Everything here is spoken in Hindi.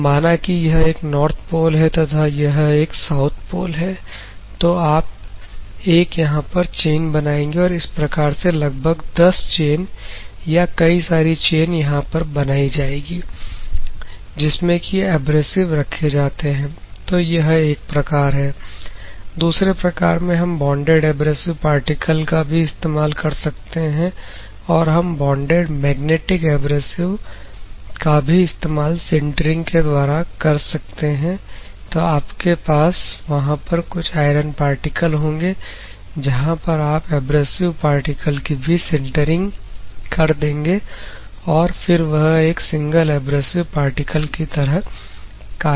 तो माना कि यह एक नॉर्थ पोल है तथा यह एक साउथ पोल है तो आप एक यहां पर चैन बनाएंगे और इस प्रकार से लगभग 10 चेन या कई सारी चेन यहां पर बनाई जाएंगी जिसमें की एब्रेसिव रखे जाते हैं तो यह एक प्रकार है दूसरे प्रकार में हम बोंडेड एब्रेसिव पार्टिकल का भी इस्तेमाल कर सकते हैं और हम बॉन्डेड मैग्नेटिक एब्रेसिव का भी इस्तेमाल सिंटरिंग के द्वारा कर सकते हैं तो आपके पास वहां पर कुछ आयरन पार्टिकल होंगे जहां पर आप एब्रेसिव पार्टिकल की भी सिंटरिंग कर देंगे और फिर वह एक सिंगल एब्रेसिव पार्टिकल की तरह कार्य करेगा